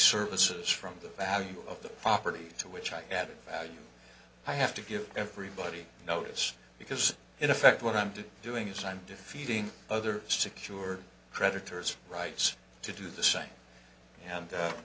services from the value of the property to which i gather i have to give everybody notice because in effect what i'm doing is i'm defeating other secured creditors rights to do the same and